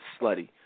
slutty